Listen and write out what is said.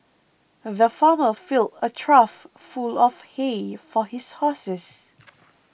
the farmer filled a trough full of hay for his horses